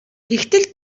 тэгтэл